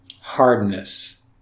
hardness